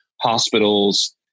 hospitals